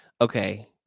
Okay